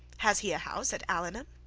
has he a house at allenham?